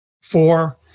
Four